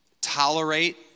tolerate